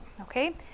okay